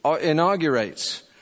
inaugurates